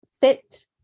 fit